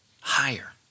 higher